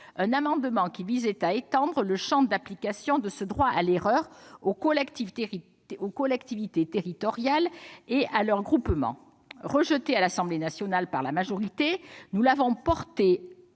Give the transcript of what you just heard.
un amendement qui visait à étendre le champ d'application de ce droit à l'erreur aux collectivités territoriales et à leurs groupements. Rejeté à l'Assemblée nationale par la majorité, nous l'avons porté